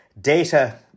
data